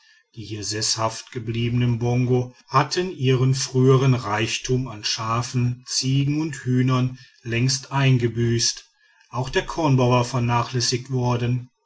die hier seßhaft gebliebenen bongo hatten ihren frühern reichtum an schafen ziegen und hühnern längst eingebüßt auch der kornbau war vernachlässigt worden